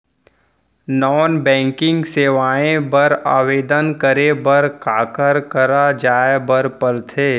non banking सेवाएं बर आवेदन करे बर काखर करा जाए बर परथे